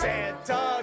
Santa